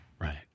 Right